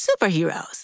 superheroes